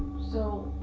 so.